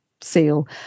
seal